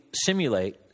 simulate